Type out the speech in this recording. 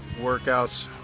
workouts